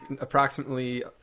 approximately